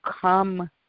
come